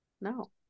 No